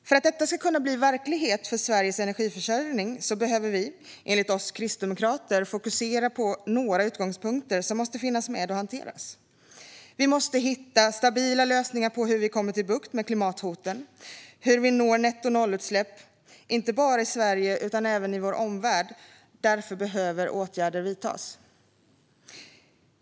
För att detta ska kunna bli verklighet för Sveriges energiförsörjning behöver vi, enligt oss kristdemokrater, fokusera på några utgångspunkter som måste finnas med och hanteras. Vi måste hitta stabila lösningar på hur vi får bukt med klimathoten och hur vi når nettonollutsläpp, inte bara i Sverige utan även i vår omvärld, och därför behöver åtgärder vidtas.